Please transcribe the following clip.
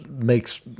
makes